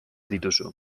dituzu